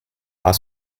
are